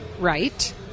Right